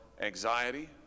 anxiety